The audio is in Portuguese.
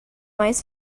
mais